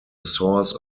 source